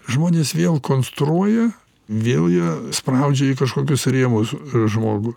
žmonės vėl konstruoja vėl jie spraudžia į kažkokius rėmus žmogų